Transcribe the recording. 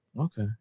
Okay